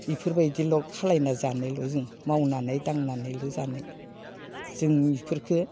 बेफोरबायदिल' खालायना जानायल' जों मावनानै दांनानैल' जानाय जों बिफोरखौ